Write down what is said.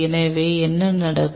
எனவே என்ன நடக்கும்